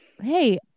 Hey